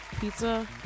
pizza